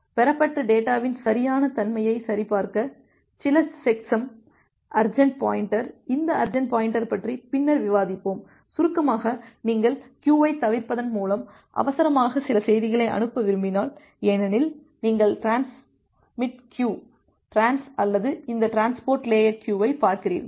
பெறப்பட்ட டேட்டாவின் சரியான தன்மையை சரிபார்க்க சில செக்சம் அர்ஜன்ட் பாயின்டர் இந்த அர்ஜன்ட் பாயின்டர் பற்றி பின்னர் விவாதிப்போம் சுருக்கமாக நீங்கள் க்கியுவை தவிர்ப்பதன் மூலம் அவசரமாக சில செய்திகளை அனுப்ப விரும்பினால் ஏனெனில் நீங்கள் டிரான்ஸ்மிட் க்கியு டிரான்ஸ் அல்லது அந்த டிரான்ஸ்போர்ட் லேயர் க்கியுவை பார்க்கிறீர்கள்